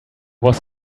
was